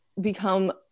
become